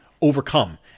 overcome